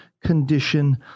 condition